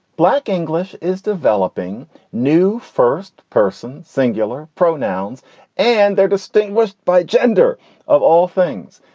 black english is developing new first person singular pronouns and they're distinguished by gender of all things.